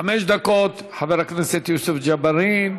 חמש דקות, חבר הכנסת יוסף ג'בארין.